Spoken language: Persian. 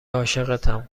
عاشقتم